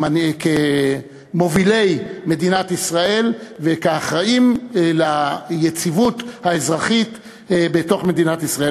כמובילי מדינת ישראל וכאחראים ליציבות האזרחית בתוך מדינת ישראל,